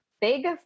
big